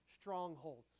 strongholds